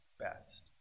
best